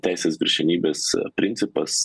teisės viršenybės principas